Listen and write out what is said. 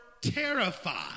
terrified